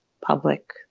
public